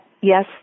yes